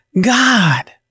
God